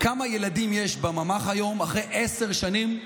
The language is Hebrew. כמה ילדים יש בממ"ח היום, אחרי עשר שנים?